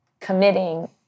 committing